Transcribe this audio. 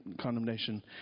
condemnation